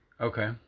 Okay